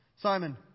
Simon